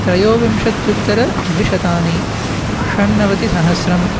त्रयोविंशत्युत्तरद्विशतानि षण्णवतिसहस्रम्